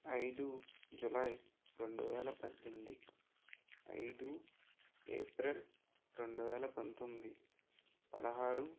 ఐదు జూలై రెండు వేల పద్దెనిమిది ఐదు ఏప్రిల్ రెండు వేల పంతొమ్మిది పదహారు